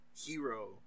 hero